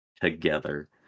Together